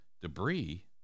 debris